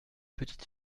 petite